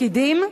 תפקידים,